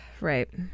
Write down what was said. Right